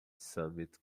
summit